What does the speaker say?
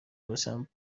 باشم